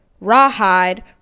rawhide